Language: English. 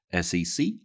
SEC